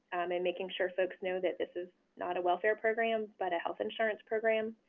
and making sure folks know that this is not a welfare program but a health insurance program.